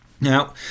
Now